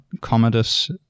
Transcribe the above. Commodus